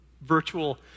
virtual